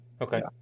okay